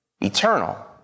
eternal